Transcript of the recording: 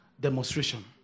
demonstration